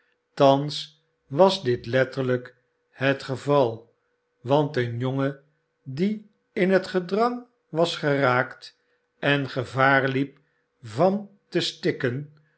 thans was dit letterlijk het geval want een jongen die in het gedrang was geraakt en gevaar liep van te stikken